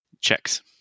checks